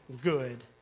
good